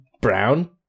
brown